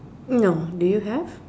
no do you have